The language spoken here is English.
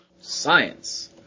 Science